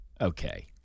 Okay